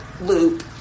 loop